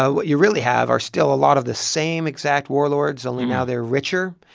ah what you really have are still a lot of the same exact warlords. only now they're richer.